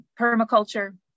permaculture